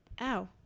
Ow